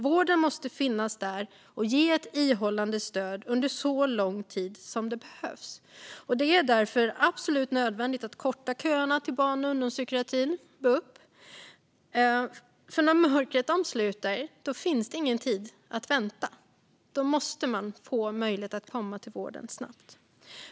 Vården måste finnas där och ge ett ihållande stöd under så lång tid som det behövs. Det är därför absolut nödvändigt att korta köerna till barn och ungdomspsykiatrin, bup. När mörkret omsluter finns det inte tid att vänta. Då måste man få möjlighet att snabbt komma till vården.